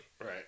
Right